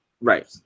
Right